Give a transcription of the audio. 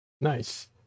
Nice